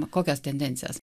kokios tendencijos